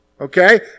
Okay